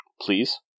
please